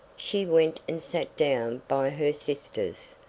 she went and sat down by her sisters,